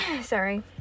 sorry